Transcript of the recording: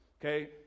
Okay